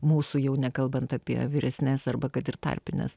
mūsų jau nekalbant apie vyresnes arba kad ir tarpines